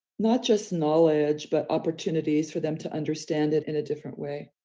not just knowledge, but opportunities for them to understand it in a different way.